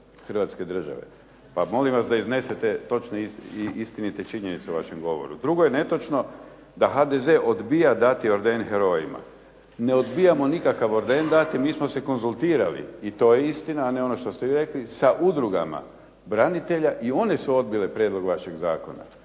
Hrvatske države, pa molim vas da iznesete točne i istinite činjenice u vašem govoru. Drugo je netočno da HDZ odbija dati orden herojima. Ne odbijamo nikakav orden dati, mi smo se konzultirali i to je istina a ne ono što ste vi rekli sa udrugama branitelja i one su odbile prijedlog vašeg zakona.